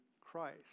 Christ